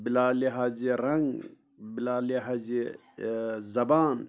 بِلا لِہاظ رنٛگ بِلا لِہاظ زَبان